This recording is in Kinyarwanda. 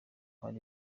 ari